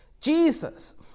Jesus